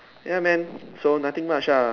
ya man so nothing much ah